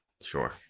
Sure